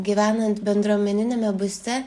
gyvenant bendruomeniniame būste